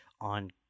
on